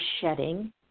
shedding